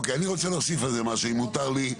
אוקיי, אני רוצה להוסיף על זה משהו או מותר לי.